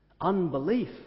Unbelief